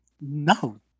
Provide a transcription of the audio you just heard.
No